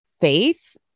faith